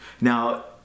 Now